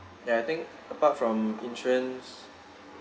ya I think apart from insurance